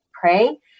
pray